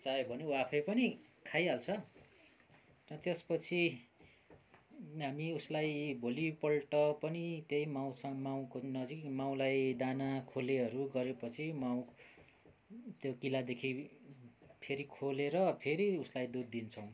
चाहियो भने ऊ आफै पनि खाइहाल्छ र त्यसपछि हामी उसलाई भोलिपल्ट पनि त्यही माउसँग माउको नजिक माउलाई दाना खोलेहरू गरे पछि माउ त्यो किलादेखि फेरि खोलेर फेरि उसलाई दुध दिन्छौँ